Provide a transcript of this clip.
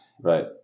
Right